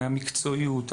המקצועיות,